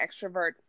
extrovert